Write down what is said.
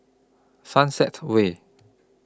Sunset Way